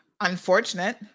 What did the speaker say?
unfortunate